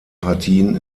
partien